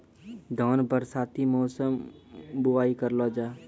धान बरसाती मौसम बुवाई करलो जा?